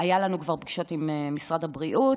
היו לנו כבר פגישות עם משרד הבריאות.